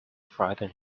frighten